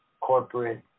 corporate